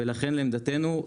לכן, לעמדתנו,